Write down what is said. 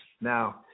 Now